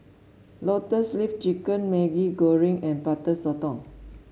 Lotus Leaf Chicken Maggi Goreng and Butter Sotong